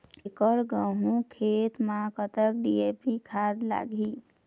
एकड़ गेहूं खेत म कतक डी.ए.पी खाद लाग ही?